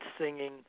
singing